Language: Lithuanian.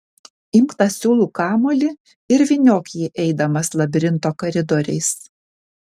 imk tą siūlų kamuolį ir vyniok jį eidamas labirinto koridoriais